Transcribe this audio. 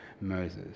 Moses